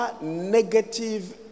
negative